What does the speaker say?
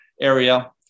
area